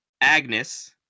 Agnes